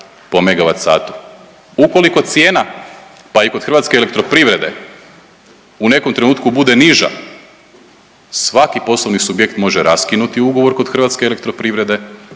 po megavat satu. Ukoliko cijena pa i kod Hrvatske elektroprivrede u nekom trenutku bude niža svaki poslovni subjekt može raskinuti ugovor kod Hrvatske elektroprivrede,